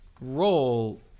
role